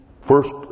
first